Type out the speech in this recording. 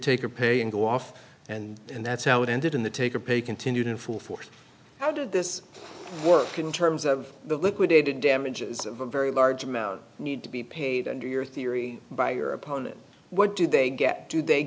take or pay and go off and and that's how it ended in the take a paid continued in full force how did this work in terms of the liquidated damages of a very large amount you need to be paid under your theory by your opponent what do they get do they